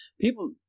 People